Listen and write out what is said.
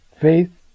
Faith